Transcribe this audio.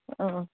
ꯑꯥ ꯑꯥ